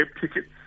Tickets